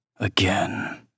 Again